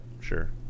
sure